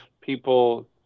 people